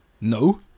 no